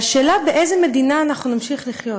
והשאלה היא באיזו מדינה אנחנו נמשיך לחיות.